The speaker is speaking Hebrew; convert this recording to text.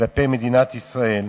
כלפי מדינת ישראל.